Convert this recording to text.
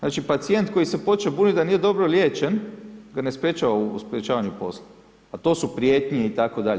Znači pacijent koji se počeo buniti da nije dobro liječen ga ne sprječava u sprječavanju posla a to su prijetnje itd.